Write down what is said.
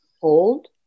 hold